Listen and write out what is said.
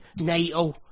NATO